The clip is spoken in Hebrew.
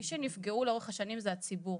מי שנפגעו לאורך השנים זה הציבור.